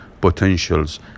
potentials